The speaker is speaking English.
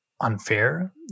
unfair